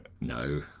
No